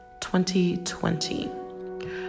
2020